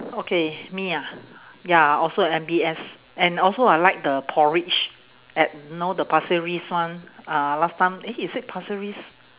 okay me ah ya also at M_B_S and also I like the porridge at you know the pasir ris one uh last time eh is it pasir ris